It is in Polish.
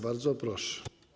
Bardzo proszę.